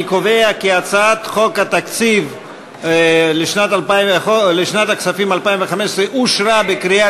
אני קובע כי הצעת חוק התקציב לשנת הכספים 2015 אושרה בקריאה